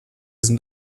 sind